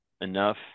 enough